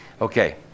Okay